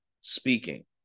speaking